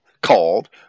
called